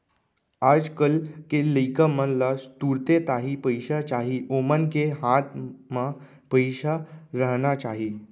आज कल के लइका मन ला तुरते ताही पइसा चाही ओमन के हाथ म पइसा रहना चाही